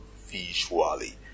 visually